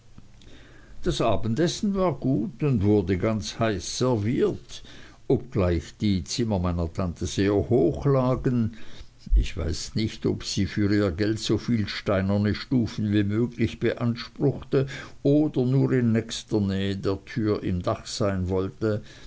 das abendessen war gut und wurde ganz heiß serviert obgleich die zimmer meiner tante sehr hoch lagen ich weiß nicht ob sie für ihr geld so viel steinerne stufen wie möglich beanspruchte oder nur in nächster nähe der tür im dache sein wollte